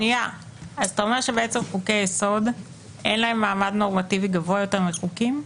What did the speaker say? אתה אומר שבעצם חוקי יסוד אין להם מעמד נורמטיבי גבוה יותר מחוקים?